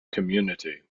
community